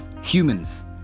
humans